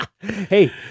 Hey